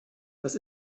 das